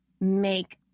make